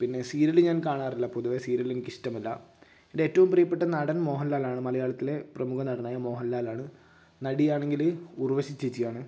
പിന്നെ സീരിയല് ഞാൻ കാണാറില്ല പൊതുവെ സീരിയല് എനിക്കിഷ്ടമല്ല എൻ്റെ ഏറ്റവും പ്രിയപ്പെട്ട നടൻ മോഹൻ ലാലാണ് മലയാളത്തിലെ പ്രമുഖ നടനായ മോഹൻ ലാലാണ് നടിയാണെങ്കില് ഉർവ്വശി ചേച്ചിയാണ്